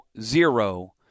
zero